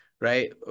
right